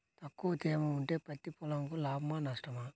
తక్కువ తేమ ఉంటే పత్తి పొలంకు లాభమా? నష్టమా?